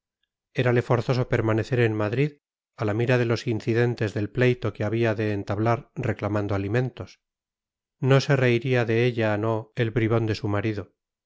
érale forzoso permanecer en madrid a la mira de los incidentes del pleito que había de entablar reclamando alimentos no se reiría de ella no el bribón de su marido